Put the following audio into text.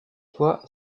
toi